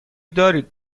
دارید